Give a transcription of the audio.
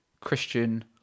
Christian